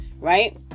Right